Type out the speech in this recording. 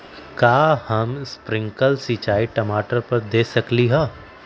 का हम स्प्रिंकल सिंचाई टमाटर पर दे सकली ह?